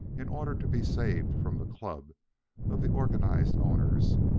in order to be saved from the club of the organized owners,